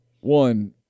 One